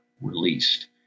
released